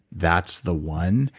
that's the one.